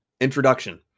Introduction